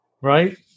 right